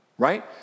right